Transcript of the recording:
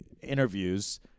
interviews